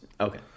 Okay